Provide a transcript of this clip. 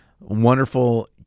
wonderful